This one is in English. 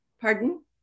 Pardon